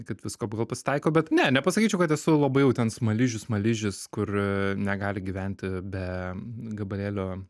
kad visko b gal pasitaiko bet ne nepasakyčiau kad esu labai jau ten smaližių smaližius kur e negali gyventi be gabalėlio